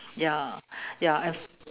ya ya and